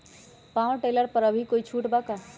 Power tiller पर अभी कोई छुट बा का?